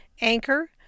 Anchor